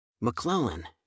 McClellan